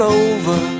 over